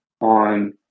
on